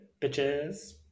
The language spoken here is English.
bitches